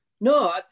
No